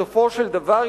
בסופו של דבר,